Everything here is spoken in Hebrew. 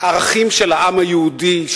ערכים של העם היהודי,